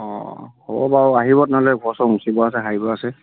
অঁ হ'ব বাৰু আহিব নহ'লে ঘৰচৰ মুচিব আছে সাৰিব আছে